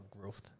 growth